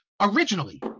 Originally